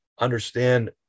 understand